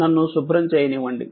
నన్ను శుభ్రం చేయనివ్వండి